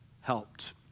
helped